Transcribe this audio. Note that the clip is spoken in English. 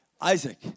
Isaac